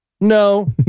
no